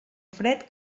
fred